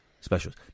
specials